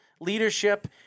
leadership